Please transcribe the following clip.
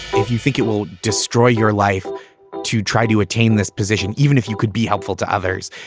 if you think it will destroy your life to try to attain this position, even if you could be helpful to others,